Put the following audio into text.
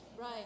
Right